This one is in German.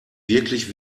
wirklich